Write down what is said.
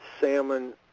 salmon